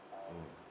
mm